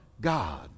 God